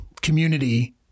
community